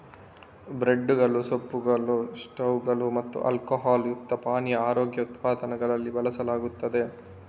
ಬ್ರೆಡ್ದುಗಳು, ಸೂಪ್ಗಳು, ಸ್ಟ್ಯೂಗಳು ಮತ್ತು ಆಲ್ಕೊಹಾಲ್ ಯುಕ್ತ ಪಾನೀಯ ಆರೋಗ್ಯ ಉತ್ಪನ್ನಗಳಲ್ಲಿ ಬಳಸಲಾಗುತ್ತದೆ